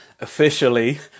officially